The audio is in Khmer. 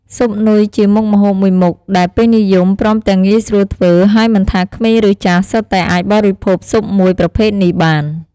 ស៊ុបនុយជាមុខម្ហូបមួយមុខដែលពេញនិយម ព្រមទាំងងាយស្រួលធ្វើ ហើយមិនថាក្មេងឬចាស់ សុទ្ធតែអាចបរិភោគស៊ុបមួយប្រភេទនេះបាន។